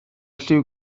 lliw